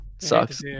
sucks